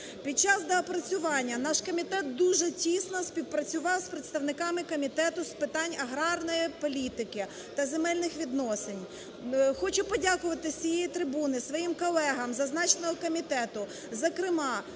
Під час доопрацювання наш комітет дуже тісно співпрацював з представниками Комітету з питань аграрної політики та земельних відносин. Хочу подякувати з цієї трибуни своїм колегам зазначеного комітету, зокрема,